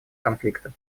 конфликта